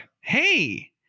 Hey